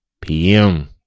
PM